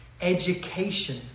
Education